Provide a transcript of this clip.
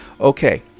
okay